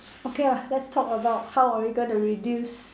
okay lah let's talk about how are you going to reduce